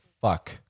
fuck